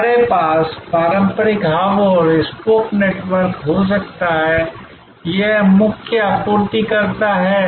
हमारे पास पारंपरिक हब और स्पोक नेटवर्क हो सकता है यह मुख्य आपूर्तिकर्ता है